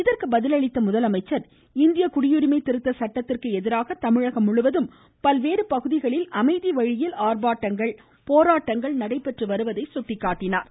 இதற்கு பதிலளித்த முதலமைச்சர் இந்திய குடியுரிமை திருத்த சட்டத்திற்கு எதிராக தமிழகம் முழுவதும் பல்வேறு பகுதிகளில் அமைதி வழியில் ஆர்ப்பாட்டங்கள் போராட்டங்கள் நடைபெற்று வருவதை சுட்டிக்காட்டினார்